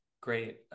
great